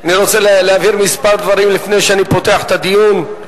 אני רוצה להבהיר מספר דברים לפני שאני פותח את הדיון.